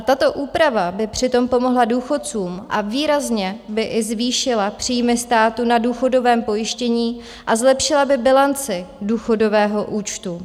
Tato úprava by přitom pomohla důchodcům, výrazně by i zvýšila příjmy státu na důchodovém pojištění a zlepšila by bilanci důchodového účtu.